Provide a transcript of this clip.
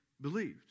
believed